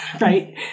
Right